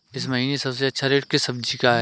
इस महीने सबसे अच्छा रेट किस सब्जी का है?